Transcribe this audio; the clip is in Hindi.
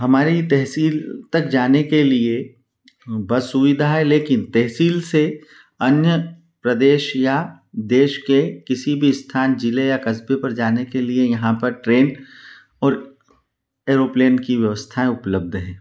हमारी तहसील तक जाने के लिए बस सुविधा है लेकिन तहसील से अन्य प्रदेश या देश के किसी भी स्थान जिले या कस्बे पर जाने के लिए यहाँ पर ट्रेन और एरोप्लेन की व्यवस्था उपलब्ध है